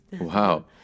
wow